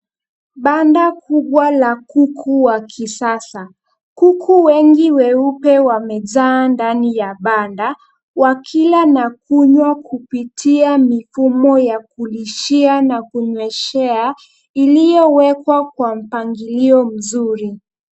Banda kubwa la kuku wa kisasa. Kuku wengi weupe wamejaa ndani ya banda, wakila na kunywa kupitia mifumo ya kulishia na kunyweshea iliyowekwa kwa mpangilio mzuri.